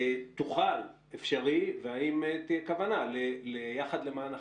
האם זה אפשרי או האם תהיה כוונה ל"יחד למען החייל"